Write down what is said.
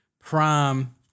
Prime